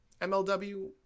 MLW